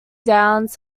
downs